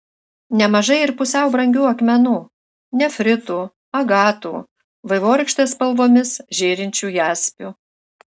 nemažai ir pusiau brangių akmenų nefritų agatų vaivorykštės spalvomis žėrinčių jaspių